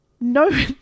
no